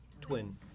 Twin